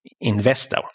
Investor